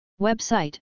Website